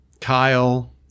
Kyle